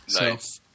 Nice